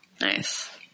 Nice